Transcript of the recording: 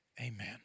amen